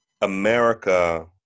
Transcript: America